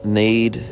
need